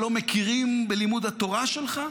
שלא מכירים בלימוד התורה שלך?